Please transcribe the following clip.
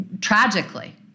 tragically